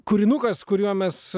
kūrinukas kuriuo mes